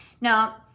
Now